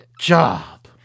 job